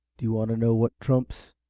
do you want to know what's trumps?